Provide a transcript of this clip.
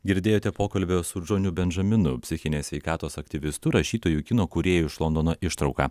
girdėjote pokalbio su džoniu bendžaminu psichinės sveikatos aktyvistu rašytoju kino kūrėjų iš londono ištrauką